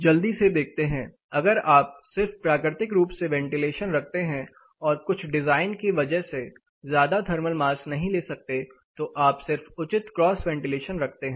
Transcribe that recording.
जल्दी से देखते हैं अगर आप सिर्फ प्राकृतिक रूप से वेंटीलेशन रखते हैं और कुछ डिजाइन की वजह से ज्यादा थर्मल मास नहीं ले सकते तो आप सिर्फ उचित क्रॉस वेंटीलेशन रखते हैं